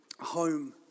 Home